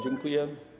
Dziękuję.